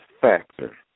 Factor